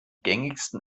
gängigsten